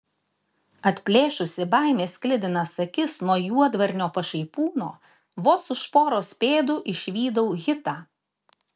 atplėšusi baimės sklidinas akis nuo juodvarnio pašaipūno vos už poros pėdų išvydau hitą